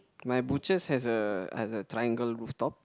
my butchers has a has a triangle rooftop